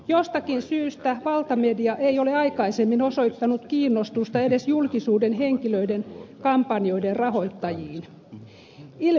jostakin syystä valtamedia ei ole aikaisemmin osoittanut kiinnostusta edes julkisuuden henkilöiden kampanjoiden rahoittajiin